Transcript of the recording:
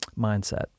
mindset